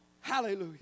Hallelujah